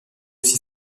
aussi